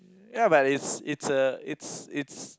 ya but it's it's a it's it's